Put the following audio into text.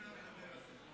אני תכף אדבר על זה.